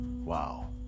Wow